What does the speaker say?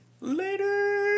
Later